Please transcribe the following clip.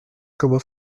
comment